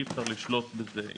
אי אפשר לשלוט בזה,